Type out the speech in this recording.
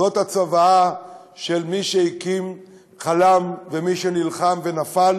זאת הצוואה של מי שהקים וחלם ומי שנלחם ונפל?